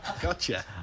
Gotcha